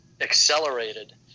Accelerated